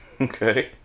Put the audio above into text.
okay